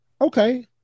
okay